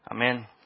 amen